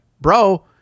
bro